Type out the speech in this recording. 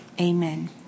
Amen